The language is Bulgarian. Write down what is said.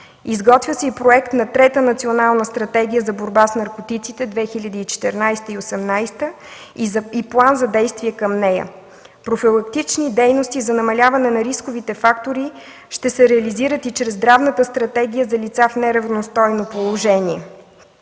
Изготвя се и проект на Трета национална стратегия за борба с наркотиците 2014-2018 г. и план за действие към нея. Профилактични дейности за намаляване на рисковите фактори ще се реализират и чрез Здравната стратегия за лица в неравностойно положение.